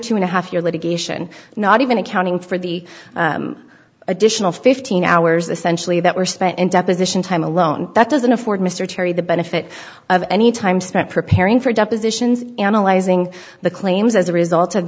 two and a half year litigation not even accounting for the additional fifteen hours essentially that were spent in deposition time alone that doesn't afford mr cherry the benefit of any time spent preparing for depositions analyzing the claims as a result of